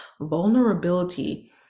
vulnerability